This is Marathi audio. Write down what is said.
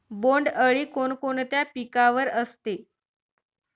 बोंडअळी कोणकोणत्या पिकावर असते?